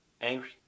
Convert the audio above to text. angry